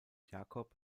jakob